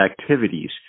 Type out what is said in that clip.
activities